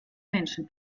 menschen